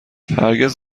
هرگز